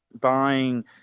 buying